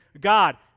God